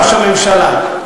ראש הממשלה,